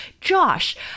josh